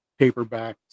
paperbacks